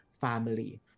family